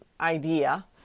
idea